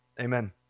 Amen